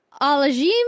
Alajim